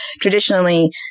traditionally